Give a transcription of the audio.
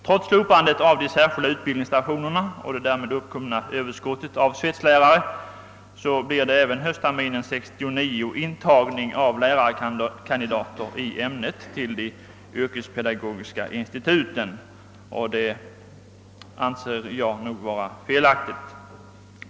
Trots slopandet av de särskilda utbildningsstationerna och det därmed uppkomna överskottet av svetsningslärare blir det även höstterminen 1969 intagning av lärarkandidater i ämnet vid de yrkespedagogiska instituten, vilket jag anser vara felaktigt.